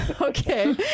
Okay